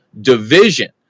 division